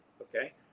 okay